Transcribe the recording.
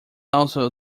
also